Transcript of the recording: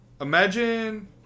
Imagine